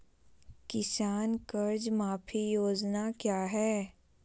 किसान कर्ज माफी योजना क्या है?